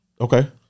Okay